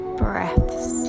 breaths